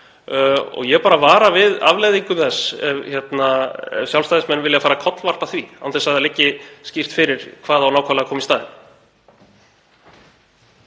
og ég vara við afleiðingum þess ef Sjálfstæðismenn vilja fara að kollvarpa því án þess að það liggi skýrt fyrir hvað á nákvæmlega að koma í staðinn.